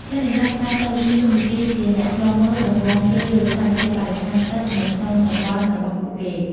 អ្នកនេសាទខ្នាតតូចមានតួនាទីជា អ្នកឃ្លាំមើល ដំបូងគេលើស្ថានភាពបរិស្ថានទឹកនៅក្នុងតំបន់របស់ពួកគេ។